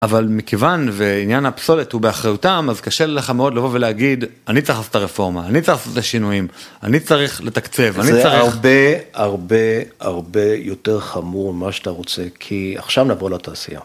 אבל מכיוון ועניין הפסולת הוא באחריותם, אז קשה לך מאוד לבוא ולהגיד אני צריך לעשות את הרפורמה, אני צריך לעשות את השינויים, אני צריך לתקצב, אני צריך... זה הרבה הרבה הרבה יותר חמור מה שאתה רוצה, כי עכשיו נבוא לתעשייה.